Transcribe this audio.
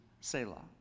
Selah